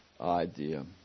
idea